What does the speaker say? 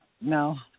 No